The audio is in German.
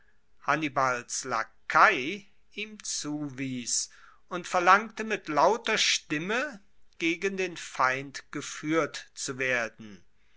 hannibals lakai ihm zuwies und verlangte mit lauter stimme gegen den feind gefuehrt zu werden